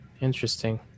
Interesting